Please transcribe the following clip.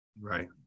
Right